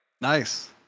Nice